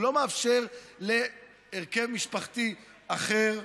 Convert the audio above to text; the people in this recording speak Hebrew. הוא לא מאפשר להרכב משפחתי אחר.